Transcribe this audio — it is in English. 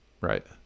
right